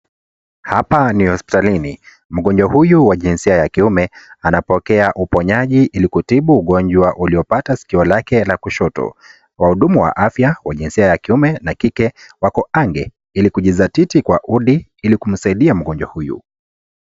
Hapaa ni hospitalini. Mgonjwa huyu wajinsia ya kiume, anapokea uponyaji, ili kutibu ugonjwa, uliopata, sikio lake, la kushoto. Wahudumu wa afya, wa jinsia ya kiume, na kike, wako ange, ilikujisatiti kwa udi, ilikumusaidia mgonjwa huyu.